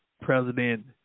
President